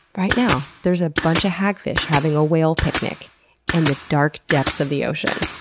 right now, there's a bunch of hagfish having a whale picnic in the dark depths of the ocean.